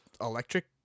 electric